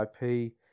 ip